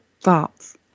thoughts